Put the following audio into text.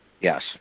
Yes